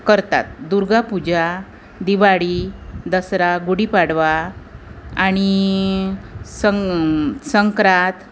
करतात दुर्गापूजा दिवाळी दसरा गुढीपाडवा आणि सं संक्रांत